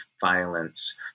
violence